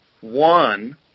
One